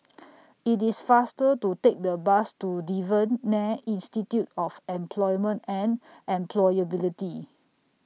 IT IS faster to Take The Bus to Devan Nair Institute of Employment and Employability